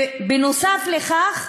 נוסף על כך,